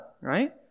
right